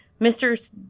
Mr